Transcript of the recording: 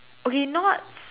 okay you know what